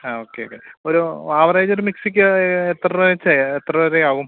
ആ ഓക്ക്യോക്കെ ഒരൂ ആവറേജൊരു മിക്സിക്ക് എത്ര രൂപ വച്ചേ എത്ര വരേ ആവും